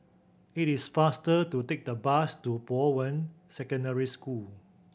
it is faster to take the bus to Bowen Secondary School